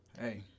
Hey